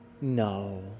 No